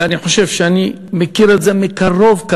ואני חושב שאני מכיר את זה מקרוב-קרוב.